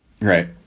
Right